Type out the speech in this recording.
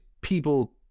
people